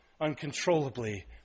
uncontrollably